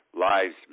Lives